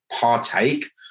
partake